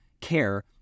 care